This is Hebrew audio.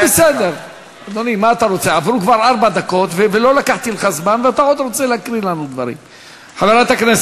ואני מתבייש בדברים האלה.